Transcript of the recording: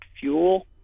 fuel